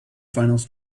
finals